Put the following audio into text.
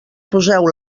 poseu